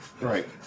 Right